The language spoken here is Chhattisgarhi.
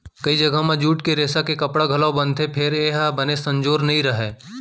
कइ जघा म जूट के रेसा के कपड़ा घलौ बनथे फेर ए हर बने संजोर नइ रहय